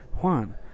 Juan